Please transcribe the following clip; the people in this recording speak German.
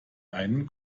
einen